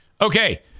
Okay